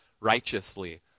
righteously